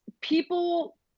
people